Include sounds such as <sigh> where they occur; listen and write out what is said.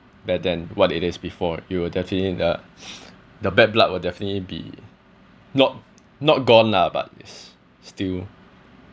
better then what it is before you will definitely the <breath> the bad blood will definitely be not not gone lah but it's still